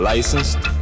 Licensed